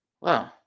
Wow